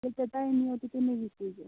ییٚلہِ تۄہہِ ٹایِم یِیو تہٕ تٔمے وِزۍ سوٗزِیٛو